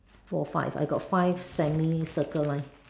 four five I got five semi circle line